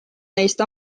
neist